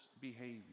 behavior